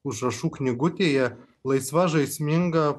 užrašų knygutėje laisva žaisminga